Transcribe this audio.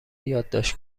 یادداشت